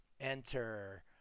enter